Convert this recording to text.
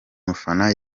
mufana